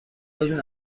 دادین